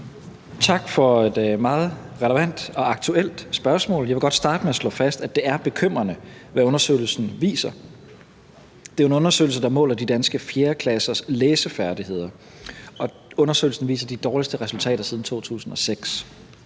Tak for et meget relevant og aktuelt spørgsmål. Jeg vil godt starte med at slå fast, at det er bekymrende, hvad undersøgelsen viser. Det er en undersøgelse, der måler de danske 4. klassers læsefærdigheder, og undersøgelsen viser de dårligste resultater siden 2006,